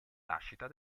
nascita